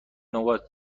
نقاط